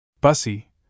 Bussy